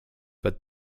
but